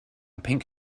pink